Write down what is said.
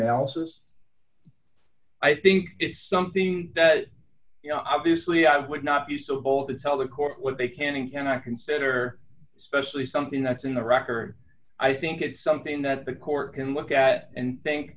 says i think it's something that d you know obviously i would not be so bold to tell the court what they can and cannot consider specially something that's in the record i think it's something that the court can look at and think